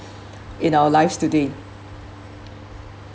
in our lives today